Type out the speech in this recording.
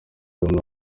rumwe